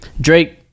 Drake